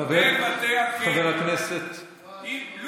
אחרי זה ניתן גם לך.